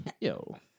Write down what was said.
yo